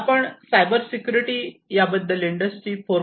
आपण cyber security याबद्दल industry 4